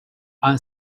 are